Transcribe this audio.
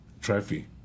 trophy